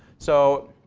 so,